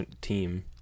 team